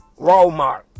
Walmart